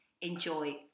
Enjoy